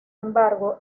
embargo